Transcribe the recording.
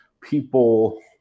people